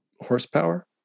horsepower